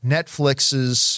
Netflix's